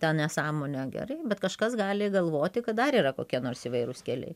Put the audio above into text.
ta nesąmonė gerai bet kažkas gali galvoti kad dar yra kokie nors įvairūs keliai